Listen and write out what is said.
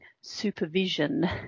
supervision